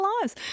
lives